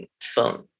film